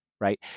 right